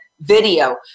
video